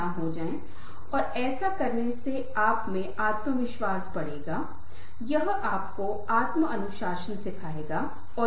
storyboard एक ऐसी चीज है जिसे मैं विस्तार से बताऊंगा जब मैं बाद की प्रस्तुतियों में दृश्य संचार के बारे में बात करता हूं